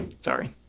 sorry